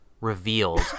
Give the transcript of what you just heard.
revealed